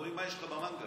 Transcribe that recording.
רואים מה יש לך במנגל.